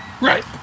Right